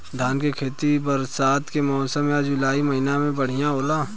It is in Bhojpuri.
धान के खेती बरसात के मौसम या जुलाई महीना में बढ़ियां होला?